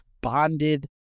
bonded